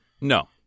no